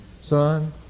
Son